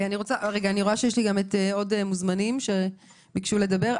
אני רואה שיש עוד מוזמנים שביקשו לדבר,